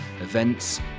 events